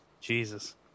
Jesus